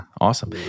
awesome